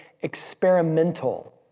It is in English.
experimental